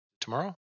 tomorrow